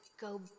go